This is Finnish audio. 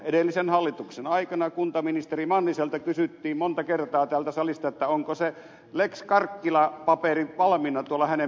edellisen hallituksen aikana kuntaministeri manniselta kysyttiin monta kertaa täältä salista onko se lex karkkila paperi valmiina hänen pöytälaatikossaan